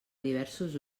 diversos